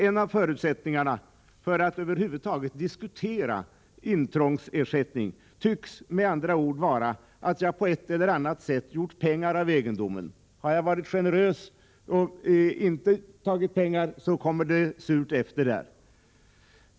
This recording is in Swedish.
En av förutsättningarna för att man över huvud taget kan diskutera intrångsersättning tycks med andra ord vara att jag på ett eller annat sätt gjort pengar av egendomen. Har jag varit generös och inte tagit betalt blir det surt efteråt.